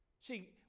See